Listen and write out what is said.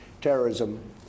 terrorism